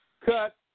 Cut